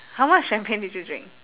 how much champagne did you drink